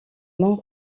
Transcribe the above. mont